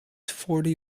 forty